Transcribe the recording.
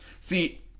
See